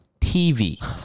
TV